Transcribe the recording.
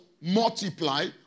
Multiply